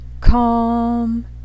calm